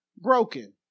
broken